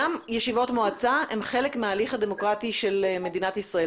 גם ישיבות מועצה הן חלק מההליך הדמוקרטי של מדינת ישראל.